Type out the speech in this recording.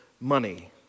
money